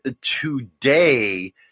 today